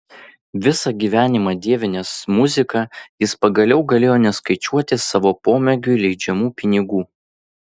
visą gyvenimą dievinęs muziką jis pagaliau galėjo neskaičiuoti savo pomėgiui leidžiamų pinigų